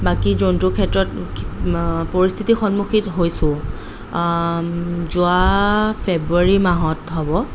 বাকী জন্তুৰ ক্ষেত্ৰত পৰিস্থিতি সন্মুখীন হৈছোঁ যোৱা ফেব্ৰুৱাৰী মাহত হ'ব